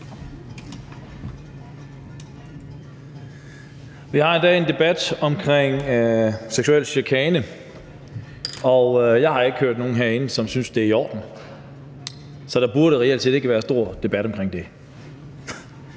Vi har i dag en debat om seksuel chikane, og jeg har ikke hørt nogen herinde, som synes, det er i orden. Så der burde reelt set ikke være stor debat om det.